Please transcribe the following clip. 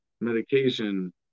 medication